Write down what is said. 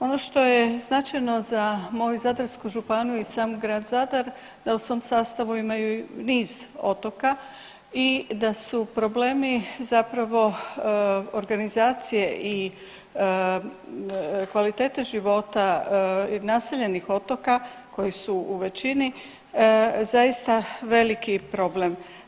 Ono što je značajno za moju Zadarsku županiju i sam grad Zadar da u svom sastavu imaju niz otoka i da su problemi zapravo organizacije i kvalitete života i naseljenih otoka koji su u većini zaista veliki problem.